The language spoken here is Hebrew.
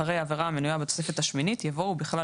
אחרי "עבירה המנויה בתוספת השמינית" יבוא "ובכלל